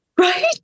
Right